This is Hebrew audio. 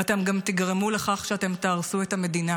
אתם גם תגרמו לכך שאתם תהרסו את המדינה,